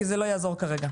כי זה לא יעזור כרגע.